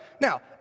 Now